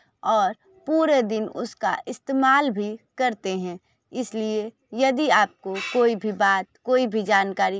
और पूरे दिन उसका इस्तेमाल भी करते हैं इसलिए यदि आपको कोई भी बात कोई भी जानकारी